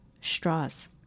straws